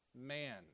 Man